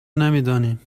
نمیدانیم